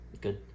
good